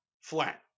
flat